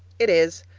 it is.